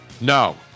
No